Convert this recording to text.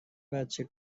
بچه